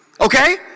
Okay